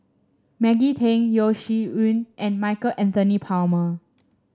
Maggie Teng Yeo Shih Yun and Michael Anthony Palmer